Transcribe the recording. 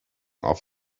off